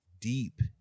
deep